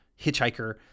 hitchhiker